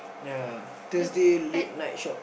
ya Thursday late night shop